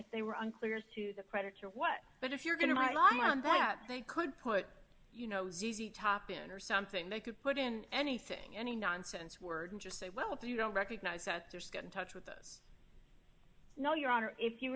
if they were unclear as to the creditor what but if you're going to my lawyer and that they could put top in or something they could put in anything any nonsense word and just say well if you don't recognize that there's going touch with this no your honor if you